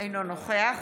אינו נוכח